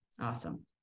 Awesome